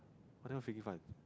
!wah! that one freaking fun